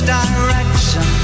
direction